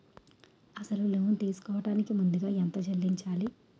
అసలు లోన్ తీసుకోడానికి ముందుగా ఎంత చెల్లించాలి?